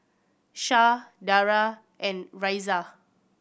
Shah Dara and Raisya